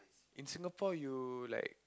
in Singapore you like